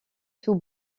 sous